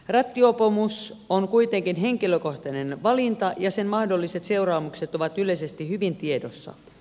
rattijuopumus on kuitenkin henkilökohtainen valinta ja sen mahdolliset seuraamukset ovat yleisesti hyvin tiedossa